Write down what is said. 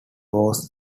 was